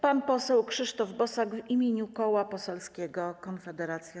Pan poseł Krzysztof Bosak w imieniu Koła Poselskiego Konfederacja.